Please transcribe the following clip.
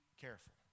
careful